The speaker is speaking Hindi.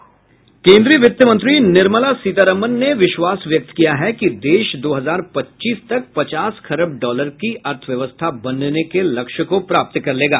केन्द्रीय वित्तमंत्री निर्मला सीतारामन ने विश्वास व्यक्त किया है कि देश दो हजार पच्चीस तक पचास खरब डॉलर की अर्थव्यवस्था बनने के लक्ष्य को प्राप्त कर लेगा